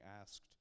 asked